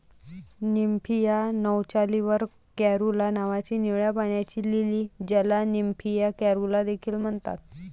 Nymphaea nouchali वर caerulea नावाची निळ्या पाण्याची लिली, ज्याला निम्फिया कॅरुला देखील म्हणतात